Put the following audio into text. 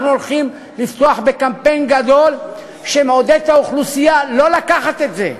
אנחנו הולכים לקמפיין גדול שיעודד את האוכלוסייה לא לקחת את זה,